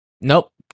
Nope